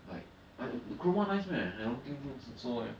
like like the chrome on nice meh I don't think so leh